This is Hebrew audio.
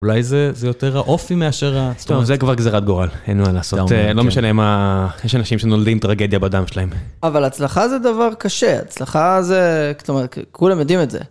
אולי זה יותר האופי מאשר ה... זה כבר גזירת גורל, אין מה לעשות, לא משנה מה, יש אנשים שנולדו עם טרגדיה בדם שלהם. אבל הצלחה זה דבר קשה, הצלחה זה, כולם יודעים את זה.